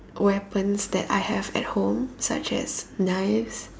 weapons that I have at home such as knives